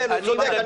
כן, הוא צודק.